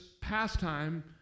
pastime